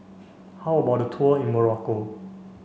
how about the tour in Morocco